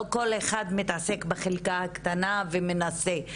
לא שכל אחד מתעסק בחלקה הקטנה ומנסה,